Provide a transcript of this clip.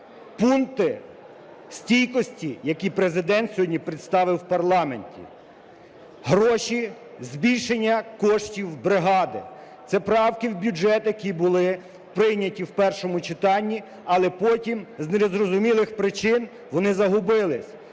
пункти стійкості, які Президент сьогодні представив в парламенті, гроші, збільшення коштів в бригади. Це правки в бюджет, які були прийняті в першому читанні, але потім, з незрозумілих причин, вони загубилися.